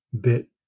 bit